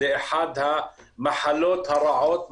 זו אחת המחלות הרעות,